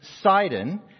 Sidon